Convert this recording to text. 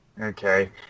okay